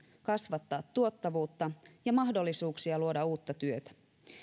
kasvattaa tuottavuutta ja mahdollisuuksia luoda uutta työtä